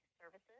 Services